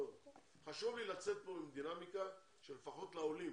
חשוב לי לצאת מכאן עם דינמיקה שלפחות לעולים